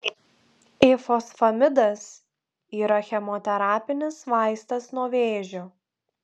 ifosfamidas yra chemoterapinis vaistas nuo vėžio